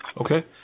Okay